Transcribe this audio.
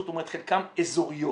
זאת אומרת חלקן אזוריות,